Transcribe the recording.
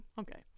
Okay